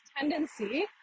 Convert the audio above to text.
tendency